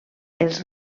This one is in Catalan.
els